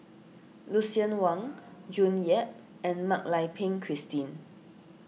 Lucien Wang June Yap and Mak Lai Peng Christine